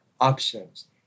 options